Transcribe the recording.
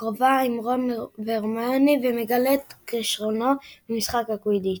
הקרובה עם רון והרמיוני ומגלה את כישרונו במשחק קווידיץ'.